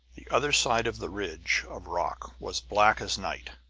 the other side of the ridge of rock was black as night.